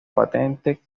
patente